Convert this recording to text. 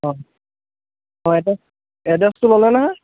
অঁ অঁ এড্ৰেছ এড্ৰেছটো ল'লে নহয়